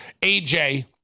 AJ